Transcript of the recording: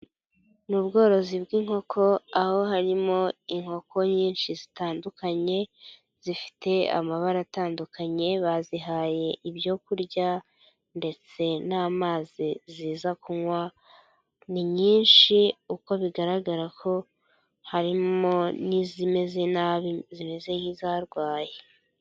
Ni ubworozi bw'inkoko aho harimo inkoko nyinshi zitandukanye zifite amabara atandukanye, bazihaye ibyo kurya ndetse n'amazi ziza kunywa, ni nyinshi uko bigaragara ko harimo n'izimeze nabi zimeze nk'izarwaye.